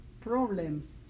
problems